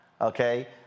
okay